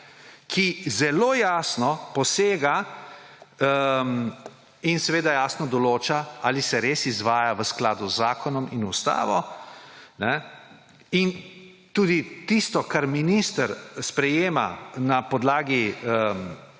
ki zelo jasno posega in jasno določa, ali se res izvaja v skladu z zakonom in ustavo in tudi tisto, kar minister sprejema na podlagi